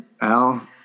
Al